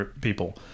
people